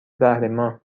تحریما